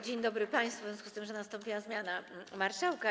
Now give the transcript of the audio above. Dzień dobry państwu, w związku z tym, że nastąpiła zmiana marszałka.